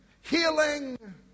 healing